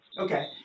okay